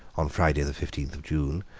on friday the fifteenth of june,